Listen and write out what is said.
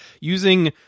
using